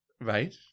Right